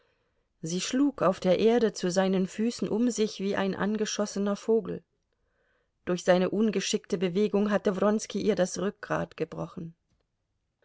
sie schlug auf der erde zu seinen füßen um sich wie ein angeschossener vogel durch seine ungeschickte bewegung hatte wronski ihr das rückgrat gebrochen